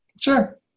Sure